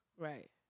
Right